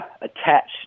attached